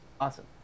Awesome